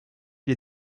les